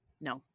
no